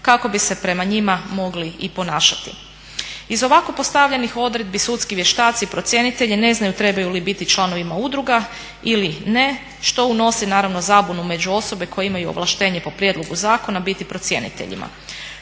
kako bi se prema njima mogli i ponašati. Iz ovako postavljenih odredbi sudski vještaci i procjenitelji ne znaju trebaju li biti članovima udruga ili ne što unosi naravno zabunu među osobe koje imaju ovlaštenje po prijedlogu zakona biti procjeniteljima.